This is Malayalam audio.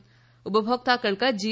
ഫ ഉപഭോക്താക്കൾക്ക് ജി